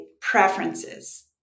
preferences